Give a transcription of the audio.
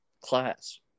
class